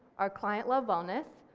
our client love wellness,